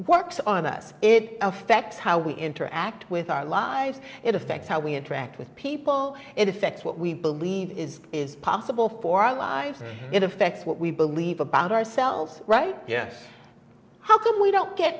works on us it affects how we interact with our lives it affects how we interact with people it affects what we believe is is possible for our lives it affects what we believe about ourselves right yes how come we don't get